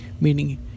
meaning